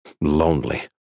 lonely